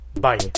Bye